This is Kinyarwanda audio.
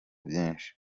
byinshi